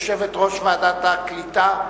יושבת-ראש ועדת הקליטה,